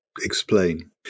explain